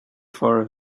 for